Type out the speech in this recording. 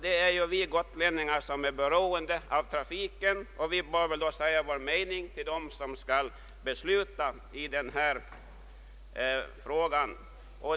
Det är vi gotlänningar som är beroende av trafiken, och vi bör därför framföra vår mening till dem som skall besluta i denna fråga.